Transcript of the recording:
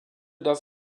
das